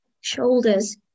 shoulders